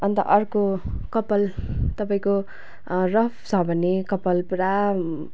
अन्त अर्को कपाल तपाईँको रफ छ भने कपाल पुरा